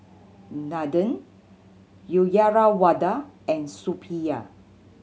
Nathan Uyyalawada and Suppiah